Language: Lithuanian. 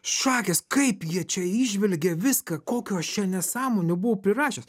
šakės kaip jie čia įžvelgė viską kokių aš čia nesąmonių buvau prirašęs